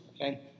Okay